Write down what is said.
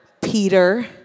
Peter